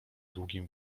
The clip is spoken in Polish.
długim